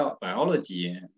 biology